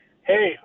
hey